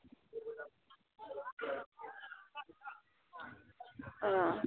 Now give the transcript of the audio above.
वह